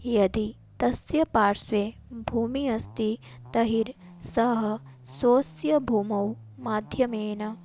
यदि तस्य पार्श्वे भूमिः अस्ति तर्हि सः स्वस्य भूमौ माध्यमेन